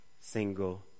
single